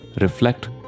Reflect